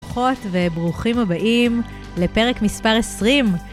ברוכות וברוכים הבאים לפרק מספר 20.